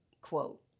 quote